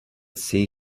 see